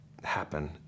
happen